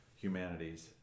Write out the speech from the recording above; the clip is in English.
humanities